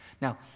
Now